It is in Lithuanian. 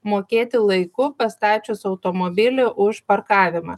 mokėti laiku pastačius automobilį už parkavimą